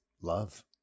love